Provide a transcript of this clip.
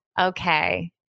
okay